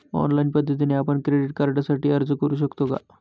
Online पद्धतीने आपण credit कार्डसाठी अर्ज करु शकतो का?